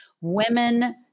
women